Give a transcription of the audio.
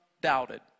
doubted